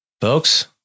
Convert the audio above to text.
Folks